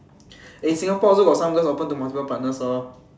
eh Singapore also got some girls open to multiple partners lor